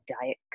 diet